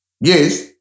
Yes